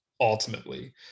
ultimately